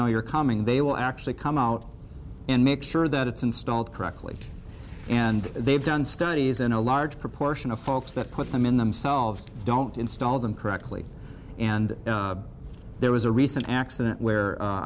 know you're coming they will actually come out and make sure that it's installed correctly and they've done studies in a large proportion of folks that put them in themselves don't install them correctly and there was a recent accident where u